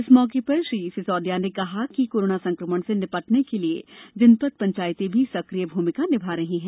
इस मौके पर श्री सिसौदिया ने कहा कि कोरोना संक्रमण से निपटने के लिये जनपद पंचायतें भी सक्रिय भूमिका निभा रही है